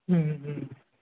હમ હમ